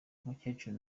umukecuru